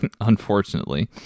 unfortunately